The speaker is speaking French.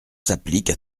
s’applique